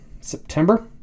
September